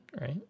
right